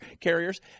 carriers